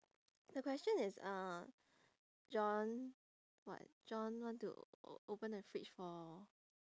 the question is uh john what john want to o~ open the fridge for